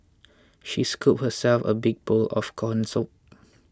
she scooped herself a big bowl of Corn Soup